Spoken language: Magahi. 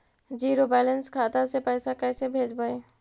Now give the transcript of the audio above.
जीरो बैलेंस खाता से पैसा कैसे भेजबइ?